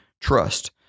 trust